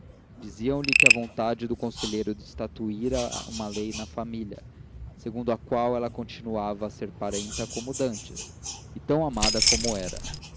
diziam-lhe que a vontade do conselheiro estatuíra uma lei na família segundo a qual ela continuava a ser parenta como dantes e tão amada como era